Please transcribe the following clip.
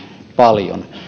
paljon